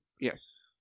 yes